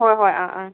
ꯍꯣꯏ ꯍꯣꯏ ꯑꯥ ꯑꯥ